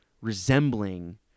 resembling